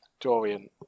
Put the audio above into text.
Dorian